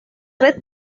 red